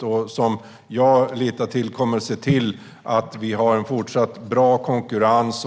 Jag litar på att den kommer att se till att vi fortsatt har bra konkurrens.